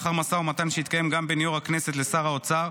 ולאחר משא ומתן שהתקיים גם בין יו"ר הכנסת לשר האוצר,